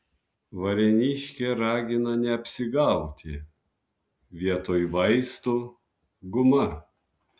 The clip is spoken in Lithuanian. varėniškė ragina neapsigauti vietoj vaistų guma